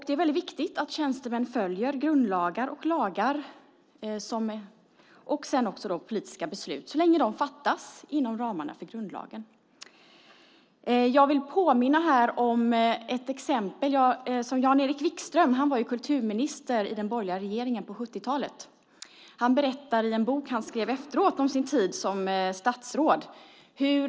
Det är viktigt att tjänstemän följer grundlagar och övriga lagar och sedan också politiska beslut, så länge de fattas inom ramarna för grundlagen. Jag vill påminna om ett exempel. Jan-Erik Wikström var kulturminister i den borgerliga regeringen på 70-talet. Han berättar i en bok han skrev efteråt om sin tid som statsråd.